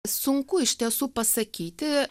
sunku iš tiesų pasakyti